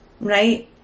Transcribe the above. Right